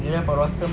they have a roster meh